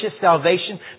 salvation